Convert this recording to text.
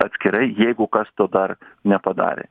atskirai jeigu kas to dar nepadarė